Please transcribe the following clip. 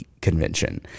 convention